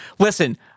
Listen